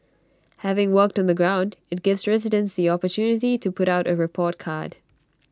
having worked on the ground IT gives residents the opportunity to put out A report card